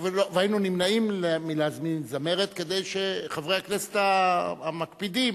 היינו נמנעים מלהזמין זמרת כדי שחברי הכנסת המקפידים